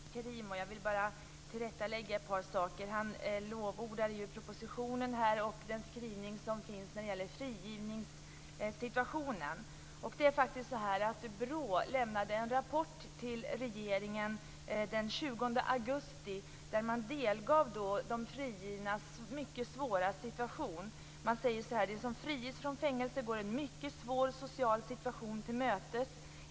Fru talman! Jag för sen med att begära replik på Yilmaz Kerimo. Jag vill bara tillrättalägga ett par saker. Han lovordade propositionen och den skrivning som finns när det gäller frigivningssituationen. BRÅ lämnade en rapport till regeringen den 20 augusti om de frigivnas mycket svåra situation. Man säger så här: De som friges från fängelse går en mycket svår social situation till mötes.